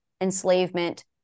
enslavement